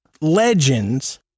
legends